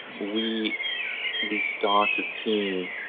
we we started seeing